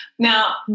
Now